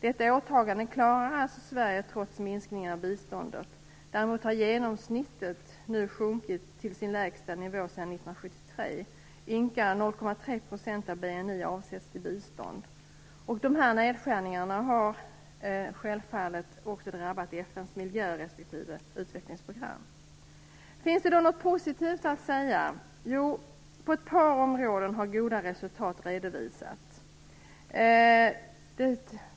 Detta åtagande klarar alltså Sverige, trots minskningen av biståndet. Däremot har genomsnittet nu sjunkit till sin lägsta nivå sedan 1973 - ynka 0,3 % av BNI avsätts till bistånd. Dessa nedskärningar har självfallet också drabbat Finns det då något positivt att säga? Ja, på ett par områden har goda resultat redovisats.